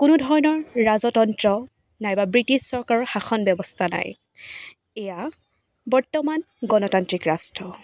কোনো ধৰণৰ ৰাজতন্ত্ৰ নাইবা ব্ৰিটিছ চৰকাৰৰ শাসন ব্যৱস্থা নাই এয়া বৰ্তমান গণতান্ত্ৰিক ৰাষ্ট্ৰ